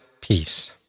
peace